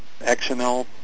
XML